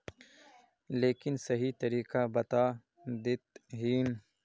लेकिन सही तरीका बता देतहिन?